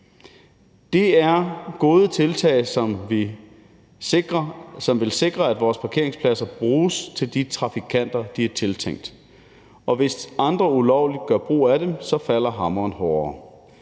Det er gode tiltag, som vil sikre, at vores parkeringspladser bruges af de trafikanter, de er tiltænkt. Hvis andre ulovligt gør brug af dem, falder hammeren hårdere.